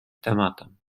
tematem